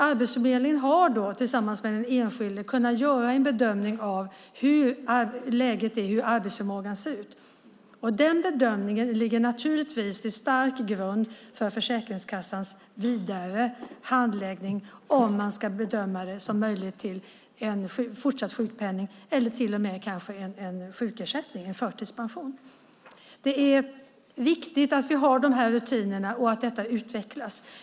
Arbetsförmedlingen har då tillsammans med den enskilde kunnat göra en bedömning av läget, av arbetsförmågan. Den bedömningen utgör naturligtvis en stark grund för Försäkringskassans vidare handläggning och för bedömningen av om det är möjligt med fortsatt sjukpenning eller kanske till och med en sjukersättning, en förtidspension. Det är viktigt att vi har de här rutinerna och att detta utvecklas.